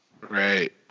Right